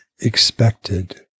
expected